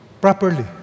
properly